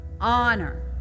honor